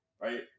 right